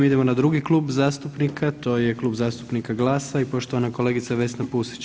Idemo na drugi klub zastupnika, to je Klub zastupnika GLAS-a i poštovana kolegica Vesna Pusić.